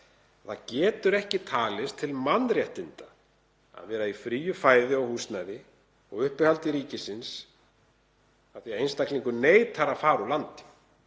það getur ekki talist til mannréttinda að vera í fríu fæði og húsnæði og uppihaldi í boði ríkisins af því að einstaklingur neitar að fara úr landi